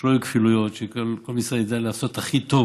שלא יהיו כפילויות, שכל משרד ידע לעשות הכי טוב